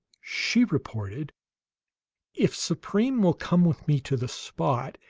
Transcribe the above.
she reported if supreme will come with me to the spot,